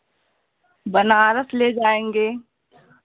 बनारस ले जाएँगे